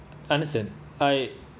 understand I